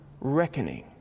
reckoning